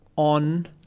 On